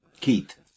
Keith